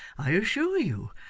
i assure you,